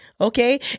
Okay